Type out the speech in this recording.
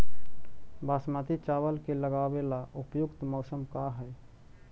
बासमती चावल के लगावे ला उपयुक्त मौसम का है?